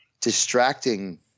distracting